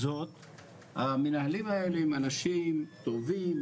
המנהלים האלה הם אנשים טובים,